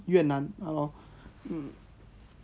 越难 ya lor